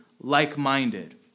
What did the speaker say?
like-minded